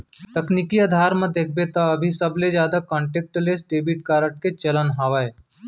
तकनीकी अधार म देखबे त अभी सबले जादा कांटेक्टलेस डेबिड कारड के चलन हावय